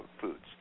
foods